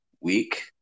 week